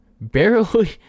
barely